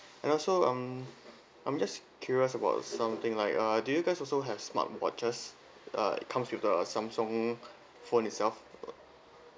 and also um I'm just curious about something like uh do you guys also have smart watches uh it comes with the Samsung phone itself